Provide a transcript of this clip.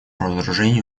разоружению